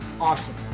awesome